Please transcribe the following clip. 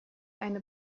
eine